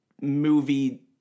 movie